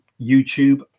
youtube